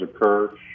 occur